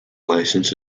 license